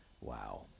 Wow